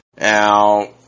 Now